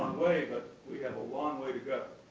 way but we have a long way to go.